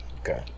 Okay